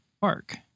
park